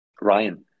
Ryan